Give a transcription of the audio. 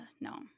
no